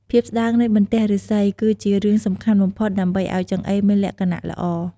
ភាពស្ដើងនៃបន្ទះឫស្សី គឺជារឿងសំខាន់បំផុតដើម្បីឱ្យចង្អេរមានលក្ខណៈល្អ។